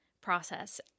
process